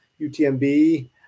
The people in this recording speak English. UTMB